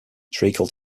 treacle